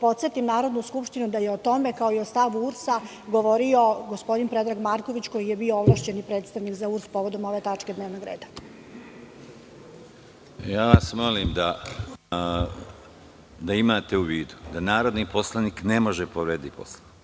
podsetim Narodnu skupštinu da je o tome kao i o stavu URS govorio gospodin Predrag Marković, koji je bio ovlašćeni predstavnik za URS povodom ove tačke dnevnog reda. **Konstantin Arsenović** Molim vas da imate u vidu da narodni poslanik ne može da povredi